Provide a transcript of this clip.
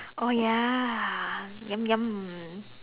oh ya yum yum